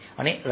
અમને રાહત